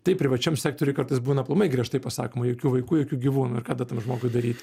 tai privačiam sektoriuj kartais būna aplamai griežtai pasakoma jokių vaikų jokių gyvūnų ir ką tada tam žmogui daryt